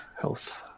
health